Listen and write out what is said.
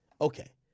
Okay